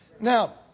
Now